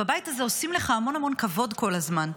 בבית הזה עושים לך המון המון כבוד כל הזמן.